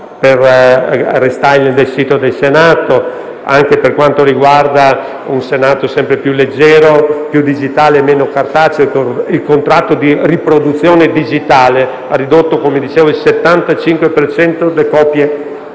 per il *restyling* del sito del Senato, anche per quanto riguarda un Senato sempre più leggero, più digitale e meno cartaceo. Il contratto di riproduzione digitale ha ridotto, come dicevo, le copie